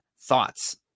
thoughts